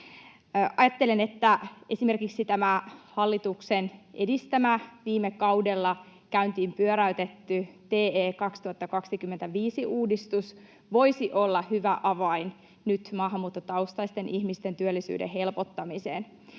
Ajattelen, että esimerkiksi tämä hallituksen edistämä, viime kaudella käyntiin pyöräytetty TE2025-uudistus voisi olla hyvä avain nyt maahanmuuttotaustaisten ihmisten työllisyyden helpottamiseen.